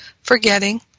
forgetting